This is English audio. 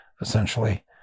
essentially